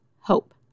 Hope